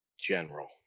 general